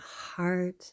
heart